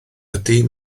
ydy